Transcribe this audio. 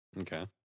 okay